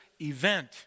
event